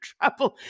trouble